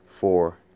four